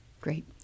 Great